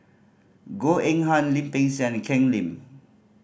Goh Eng Han Lim Peng Siang and Ken Lim